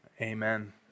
amen